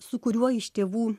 su kuriuo iš tėvų